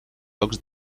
jocs